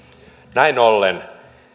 näin ollen